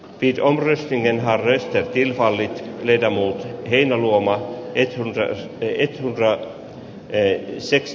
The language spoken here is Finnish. piti olla helsingin harris ja kilpaili lindell tiina luoma epltä edith mcgrath te sex